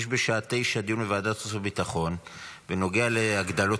יש בשעה 09:00 דיון בוועדת החוץ והביטחון בנוגע להגדלות